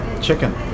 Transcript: Chicken